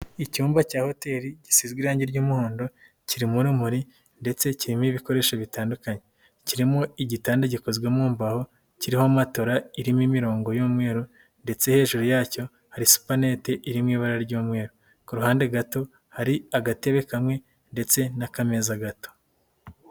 Icyumba cya hotel gisigaze irangi ry'umuhondo, kirimo rumuri ndetse kirimo ibikoresho bitandukanye, kirimo igitanda gikozwemo mu mbaho kiriho amatola irimo imirongo y'umweru, ndetse hejuru yacyo hari supaninet iri mu ibara ry'umweru, ku ruhande gato hari agatebe kamwe ndetse n'akameza gato.